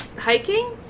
hiking